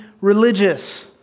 religious